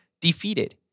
defeated